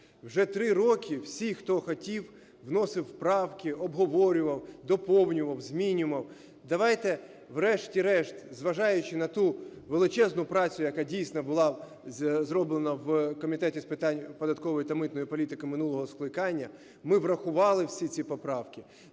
все 3 роки всі, хто хотів вносив правки, обговорював, доповнював, змінював. Давайте врешті-решт, зважаючи на ту величезну працю, яка дійсно була зроблена в Комітеті з питань податкової та митної політики минулого скликання, ми врахували всі ці поправки,